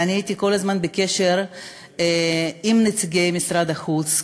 ואני הייתי כל הזמן בקשר עם נציגי משרד החוץ,